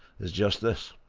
it's just this